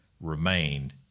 remained